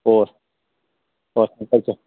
ꯑꯣ